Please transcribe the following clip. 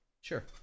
Sure